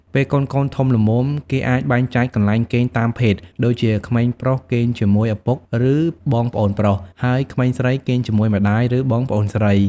ពេលកូនៗធំល្មម គេអាចបែងចែកកន្លែងគេងតាមភេទ ដូចជាក្មេងប្រុសគេងជាមួយឪពុក ឬបងប្អូនប្រុស ហើយក្មេងស្រីគេងជាមួយម្តាយ ឬបងប្អូនស្រី។